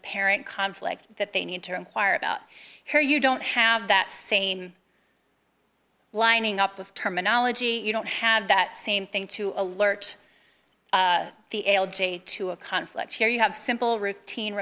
apparent conflict that they need to inquire about her you don't have that same lining up of terminology you don't have that same thing to alert the l j to a conflict here you have simple routine